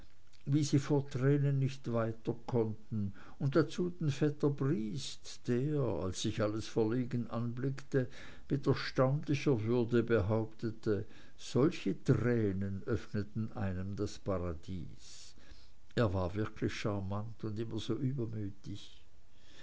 wie sie vor tränen nicht weiterkonnten und dazu den vetter briest der als sich alles verlegen anblickte mit erstaunlicher würde behauptete solche tränen öffneten einem das paradies er war wirklich scharmant und immer so übermütig